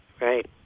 Right